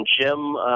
Jim